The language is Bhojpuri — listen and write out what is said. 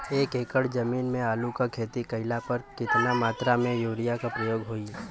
एक एकड़ जमीन में आलू क खेती कइला पर कितना मात्रा में यूरिया क प्रयोग होई?